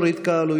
יש ועדות,